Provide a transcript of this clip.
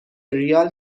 ریال